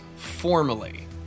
formally